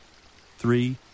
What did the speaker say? Three